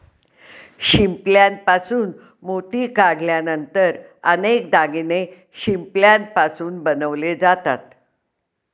शिंपल्यापासून मोती काढल्यानंतर अनेक दागिने शिंपल्यापासून बनवले जातात